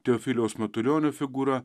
teofiliaus matulionio figūra